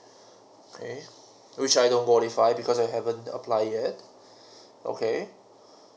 eh which I don't qualify because I haven't apply yet okay